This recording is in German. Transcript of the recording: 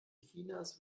chinas